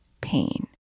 pain